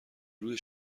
روی